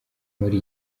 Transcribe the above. muri